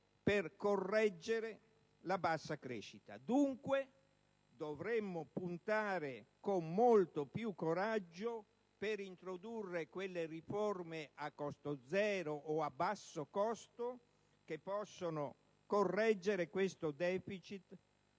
per correggere la bassa crescita. Dunque, dovremmo puntare, con molto più coraggio, ad introdurre quelle riforme a costo zero, o a basso costo, che possano correggere questo deficit